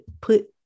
put